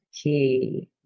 Okay